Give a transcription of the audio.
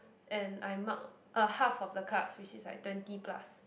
and I mark a half of the class which is like twenty plus